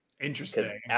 Interesting